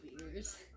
ears